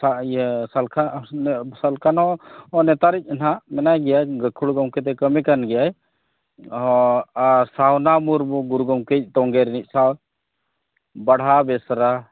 ᱤᱭᱟᱹ ᱥᱟᱞᱠᱷᱟᱱᱦᱚᱸ ᱱᱮᱛᱟᱨᱤᱡ ᱱᱟᱦᱟᱜ ᱢᱮᱱᱟᱭ ᱜᱮᱭᱟ ᱜᱟᱹᱠᱷᱩᱲ ᱜᱚᱝᱠᱮᱫᱚᱭ ᱠᱟᱹᱢᱤᱠᱟᱱ ᱜᱮᱭᱟᱭ ᱟᱨ ᱥᱟᱣᱱᱟ ᱢᱩᱨᱢᱩ ᱜᱩᱨᱩ ᱜᱚᱝᱠᱮᱭᱤᱡ ᱛᱚᱸᱜᱮᱨᱤᱱᱤᱡ ᱥᱟᱶ ᱵᱟᱰᱷᱟ ᱵᱮᱥᱨᱟ